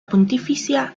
pontificia